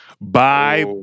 Bye